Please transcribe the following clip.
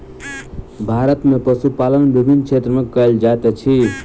भारत में पशुपालन विभिन्न क्षेत्र में कयल जाइत अछि